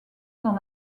dans